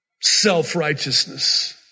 self-righteousness